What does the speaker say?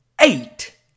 Eight